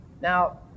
Now